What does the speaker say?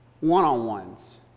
one-on-ones